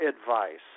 advice